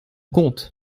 compte